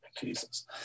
Jesus